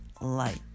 light